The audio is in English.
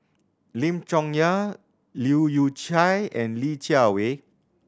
Lim Chong Yah Leu Yew Chye and Li Jiawei